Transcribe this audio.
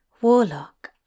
Warlock